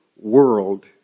world